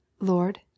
lord